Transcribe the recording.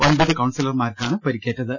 ഒമ്പത് കൌൺസിലർമാർക്കാണ് പരിക്കേറ്റത്